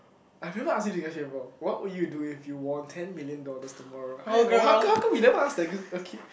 I have never ask you this question before what would you do if you won ten million dollars tomorrow hi how come how come you never ask the group okay